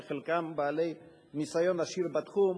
שחלקם בעלי ניסיון עשיר בתחום,